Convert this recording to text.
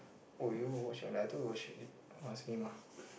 oh you watch I thought you watch it on cinema